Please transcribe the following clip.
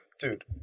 dude